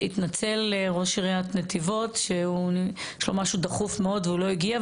התנצל ראש עיריית נתיבות שהוא יש לו משהו דחוף מאוד והוא לא הגיע.